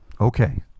okay